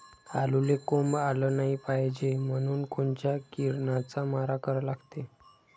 आलूले कोंब आलं नाई पायजे म्हनून कोनच्या किरनाचा मारा करा लागते?